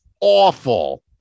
awful